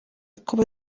kuba